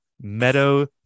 Meadow